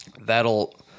that'll